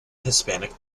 hispanic